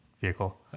vehicle